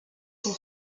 son